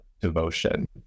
devotion